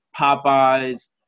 Popeyes